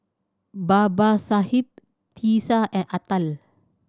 Babasaheb Teesta and Atal